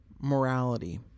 morality